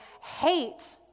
hate